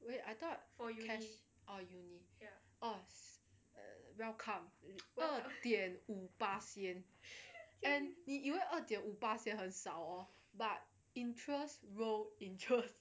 wait I thought cash oh uni oh uh welcome 二点五八巴先 and 你以为二点五巴先也很少哦 but interest roll interest